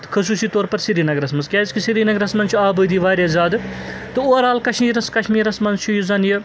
تہٕ خصوصی طور پر سریٖنَگرَس مَنٛز کیٛازکہِ سریٖنَگرَس مَنٛز چھِ آبٲدی واریاہ زیادٕ تہٕ اُووَر آل کشمیٖرَس مَنٛز چھُ یُس زَن یہِ